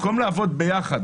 במקום לעבוד ביחד,